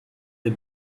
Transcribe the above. the